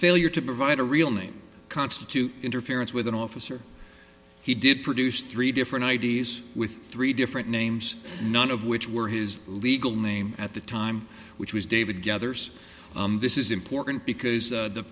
failure to provide a real name constitute interference with an officer he did produce three different i d s with three different names none of which were his legal name at the time which was david gathers this is important because